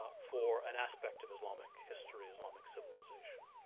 for an aspect of islamic history, islamic civilization.